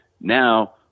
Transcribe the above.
Now